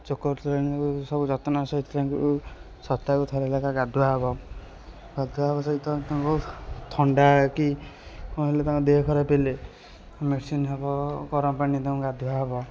ଚୋକଡ଼ ତୋରାଣି ସବୁ ଯତ୍ନର ସହିତ ତାଙ୍କୁ ସପ୍ତାହକୁ ଥରେ ଲେଖା ଗାଧୁଆ ହବ ଗାଧୁଆ ହବ ସହିତ ତାଙ୍କୁ ଥଣ୍ଡା କି କ'ଣ ହେଲେ ତାଙ୍କ ଦେହ ଖରାପ ହେଲେ ମେଡ଼ସିନ୍ ହବ ଗରମ ପାଣିରେ ତାଙ୍କୁ ଗାଧୁଆ ହବ